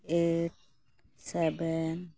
eight seven